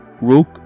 Rook